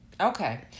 okay